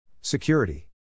Security